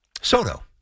Soto